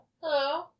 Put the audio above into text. Hello